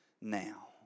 now